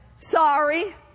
Sorry